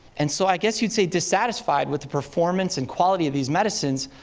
and so, i guess you'd say, dissatisfied with the performance and quality of these medicines,